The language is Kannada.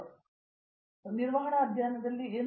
ಪ್ರೊಫೆಸರ್ ಪ್ರತಾಪ್ ಹರಿಡೋಸ್ ನಿರ್ವಹಣಾ ಅಧ್ಯಯನಕ್ಕಾಗಿ